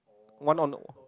one on